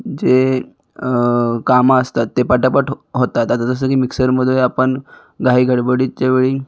जे कामं असतात ते पटापट होतात आता जसं की मिक्सरमध्ये आपण घाईगडबडीच्या वेळी